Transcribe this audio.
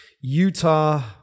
Utah